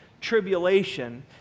tribulation